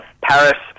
Paris